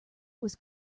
was